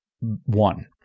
one